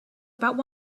about